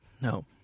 No